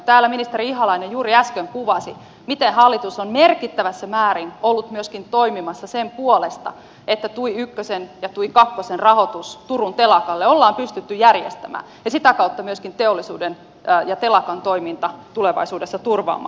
täällä ministeri ihalainen juuri äsken kuvasi miten hallitus on merkittävässä määrin ollut myöskin toimimassa sen puolesta että tui ykkösen ja tui kakkosen rahoitus turun telakalle ollaan pystytty järjestämään ja sitä kautta myöskin teollisuuden ja telakan toiminta tulevaisuudessa turvaamaan